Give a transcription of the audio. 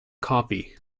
copy